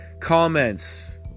comments